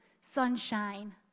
sunshine